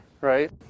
right